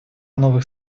новых